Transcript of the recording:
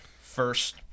first